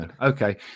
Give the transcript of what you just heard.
Okay